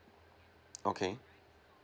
okay